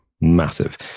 massive